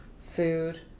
food